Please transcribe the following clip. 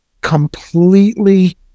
completely